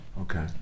Okay